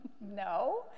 No